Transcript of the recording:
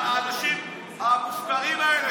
האנשים המופקרים האלה,